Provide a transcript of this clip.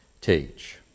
teach